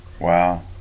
Wow